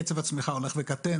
קצב הצמיחה הולך וקטן,